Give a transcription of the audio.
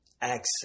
access